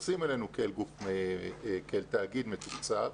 מתייחסים אלינו כאל תאגיד מתוקצב,